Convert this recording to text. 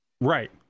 right